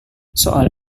soal